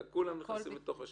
אלא כולם נכנסים לתוך השבע.